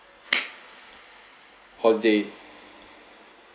holiday